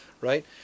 right